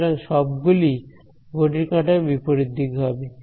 সুতরাং সবগুলিই ঘড়ির কাঁটার বিপরীত দিকে হবে